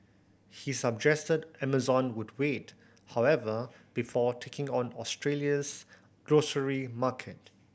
he suggested Amazon would wait however before taking on Australia's grocery market